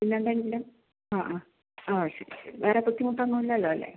എല്ലാം കഴിഞ്ഞല്ലോ ആ ആ ആ ശരി ശരി വേറെ ബുദ്ധിമുട്ടൊന്നും ഇല്ലല്ലോ അല്ലെ